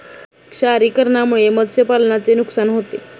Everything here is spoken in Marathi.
क्षारीकरणामुळे मत्स्यपालनाचे नुकसान होते